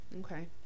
Okay